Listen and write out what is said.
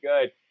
good